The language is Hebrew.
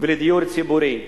ולדיור ציבורי,